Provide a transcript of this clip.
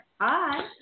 Hi